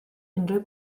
unrhyw